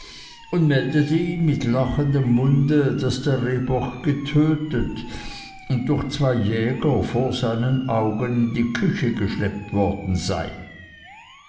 und meldete ihm mit lachendem munde daß der rehbock getötet und durch zwei jäger vor seinen augen in die küche geschleppt worden sei